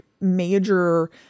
major